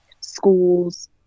schools